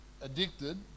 addicted